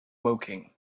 woking